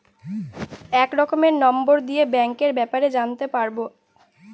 এক রকমের নম্বর দিয়ে ব্যাঙ্কের ব্যাপারে জানতে পারবো